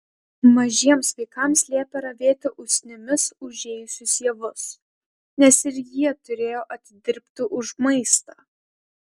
mažiems vaikams liepė ravėti usnimis užėjusius javus nes ir jie turėjo atidirbti už maistą